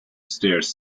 stairs